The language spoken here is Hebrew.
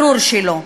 ברור שלא.